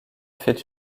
fait